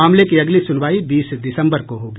मामले की अगली सुनवाई बीस दिसम्बर को होगी